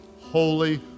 holy